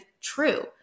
true